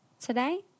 today